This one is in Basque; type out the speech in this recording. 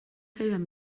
zaidan